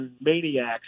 maniacs